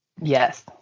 Yes